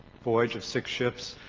voyage of six ships,